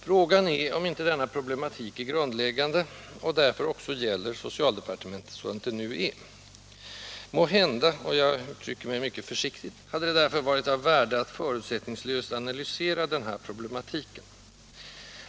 Frågan är, om inte denna problematik är grundläggande och därför också gäller socialdepartementet sådant det nu är. Måhända — jag uttrycker mig mycket försiktigt — hade det därför varit av värde att förutsättningslöst analysera den här problematiken.